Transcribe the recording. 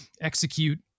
execute